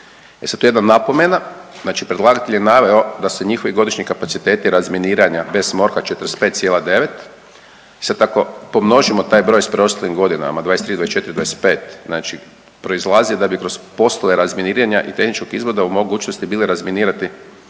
sad tu jedna napomena, znači predlagatelj je naveo da se njihovi godišnji kapaciteti razminiranja bez MORH-a 45,9 i sad ako pomnožimo taj broj s preostalim godinama '23., '24., '25. znači proizlazi da bi kroz poslove razminiranja i tehničkog izvoda u mogućnosti bili razminirati